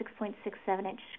6.67-inch